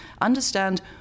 understand